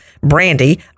Brandy